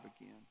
again